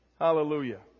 Hallelujah